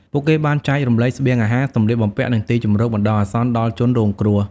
ពួកគេបានចែករំលែកស្បៀងអាហារ សំលៀកបំពាក់ និងទីជម្រកបណ្តោះអាសន្នដល់ជនរងគ្រោះ។